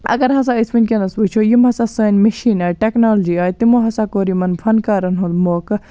اَگَر ہَسا أسۍ وٕنکیٚنَس وٕچھو یِم ہَسا سٲنٛۍ مِشیٖن آیہِ ٹیٚکنالجی آیہِ تِمو ہَسا کوٚر یِمَن فَنکارَن ہُنٛد موقعہٕ